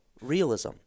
realism